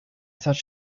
thought